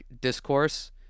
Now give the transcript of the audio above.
discourse